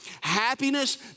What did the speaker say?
Happiness